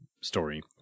story